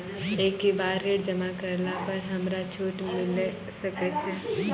एक ही बार ऋण जमा करला पर हमरा छूट मिले सकय छै?